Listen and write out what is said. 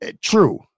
True